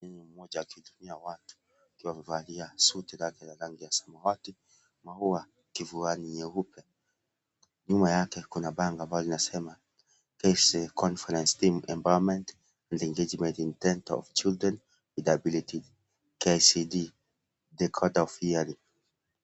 Mwanaume mmoja akihutubia watu akiwa amevalia suti lake la rangi ya samawati na maua kifuani nyeupe nyuma yake kuna bango ambalo linasema KISE CONFERENCE THEME EMPOWERMPENT AND ENGAGEMENT IN TENTIAL OF CHILDREN WITH ABILITIES KICD doctors of hearing .